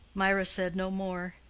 mirah said no more.